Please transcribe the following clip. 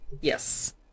Yes